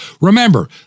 Remember